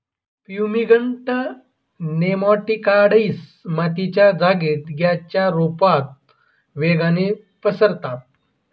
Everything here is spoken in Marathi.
फ्युमिगंट नेमॅटिकाइड्स मातीच्या जागेत गॅसच्या रुपता वेगाने पसरतात